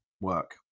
work